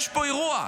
יש פה אירוע.